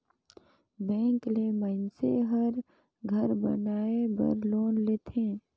bank ले मइनसे हर घर बनाए बर लोन लेथे